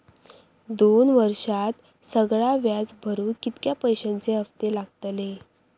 दोन वर्षात सगळा व्याज भरुक कितक्या पैश्यांचे हप्ते लागतले?